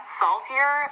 saltier